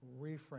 reframe